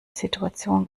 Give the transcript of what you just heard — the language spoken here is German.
situation